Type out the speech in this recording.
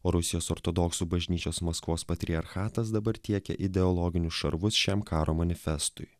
o rusijos ortodoksų bažnyčios maskvos patriarchatas dabar tiekia ideologinius šarvus šiam karo manifestui